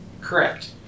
Correct